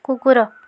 କୁକୁର